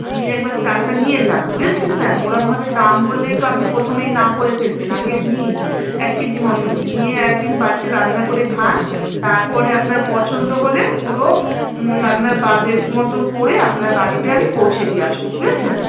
আপনি একবার চালটা নিয়ে যান বুঝেছেন ম্যাম ওরমভাবে দাম বললেই তো আপনি পোথমেই না করে ফেলবেন আগে নিন এক কেজি মতোন নিয়ে এক দিন বাড়িতে রান্না করে খান তারপরে আপনার পছন্দ হলে পুরো আপনার বাজেট মতোন করে আপনার বাড়িতে আমি পৌঁছে দিয়ে আসবো বুঝেছেন